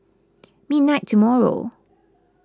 midnight tomorrow